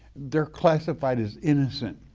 they're classified as innocent.